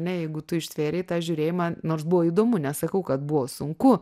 ne jeigu tu ištvėrei tą žiūrėjimą nors buvo įdomu nesakau kad buvo sunku